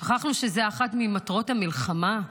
שכחנו שזו אחת ממטרות המלחמה,